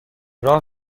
راه